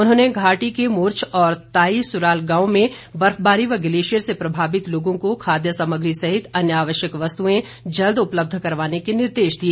उन्होंने घाटी के मुर्च्छ और ताई सुराल गांव में बर्फबारी व ग्लेशियर से प्रभावित लोगों को खाद्य सामग्री सहित अन्य आवश्यक वस्तुएं जल्द उपलब्ध करवाने के निर्देश दिए